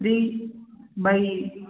three by